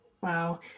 wow